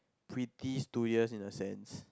pretty two years in a sense